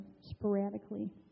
sporadically